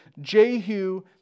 Jehu